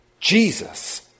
Jesus